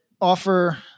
offer